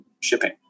shipping